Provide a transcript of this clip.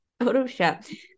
Photoshop